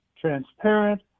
transparent